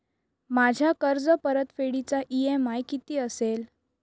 माझ्या कर्जपरतफेडीचा इ.एम.आय किती असेल?